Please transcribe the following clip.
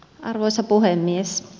arvoisa puhemies